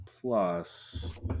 Plus